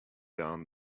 down